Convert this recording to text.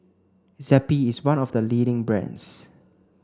Zappy is one of the leading brands